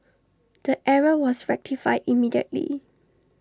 the error was rectified immediately